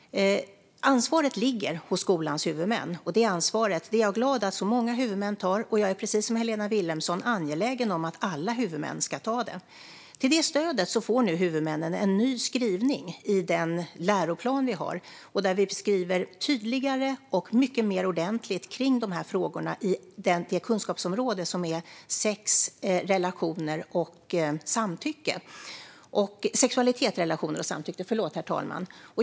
Ansvaret ligger på skolans huvudmän, och jag är glad att så många huvudmän tar detta ansvar. Jag är, precis som Helena Vilhelmsson, angelägen om att alla huvudmän ska ta det. Till stöd för detta får nu huvudmännen en ny skrivning i den läroplan vi har, där vi skriver tydligare och mycket mer ordentligt kring de här frågorna i det kunskapsområde som handlar om sexualitet, relationer och samtycke.